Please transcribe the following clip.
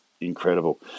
incredible